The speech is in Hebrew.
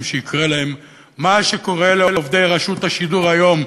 שיקרה להם מה שקורה לעובדי רשות השידור היום,